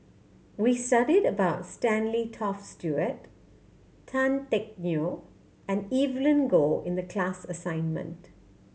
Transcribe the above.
we studied about Stanley Toft Stewart Tan Teck Neo and Evelyn Goh in the class assignment